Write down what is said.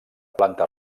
planta